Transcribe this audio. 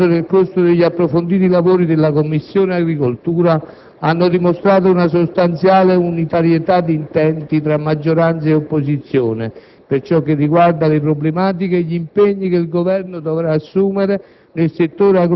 già anticipato nel corso degli approfonditi lavori della Commissione agricoltura, hanno dimostrato una sostanziale unitarietà di intenti tra maggioranza e opposizione per ciò che riguarda le problematiche e gli impegni che il Governo dovrà assumere